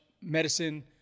medicine